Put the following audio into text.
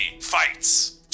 fights